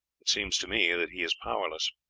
it seems to me that he is powerless.